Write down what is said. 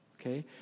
okay